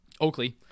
Oakley